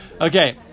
Okay